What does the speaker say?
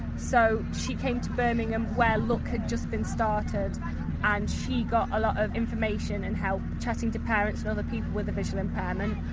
so, she came to birmingham where look had just been started and she got a lot of information and help chatting to parents and other people with a visual impairment.